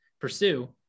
pursue